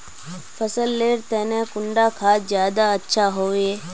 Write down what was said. फसल लेर तने कुंडा खाद ज्यादा अच्छा हेवै?